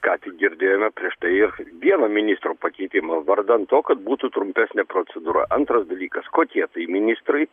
ką tik girdėjome prieš tai ir vieną ministro pakeitimą vardan to kad būtų trumpesnė procedūra antras dalykas kokie tai ministrai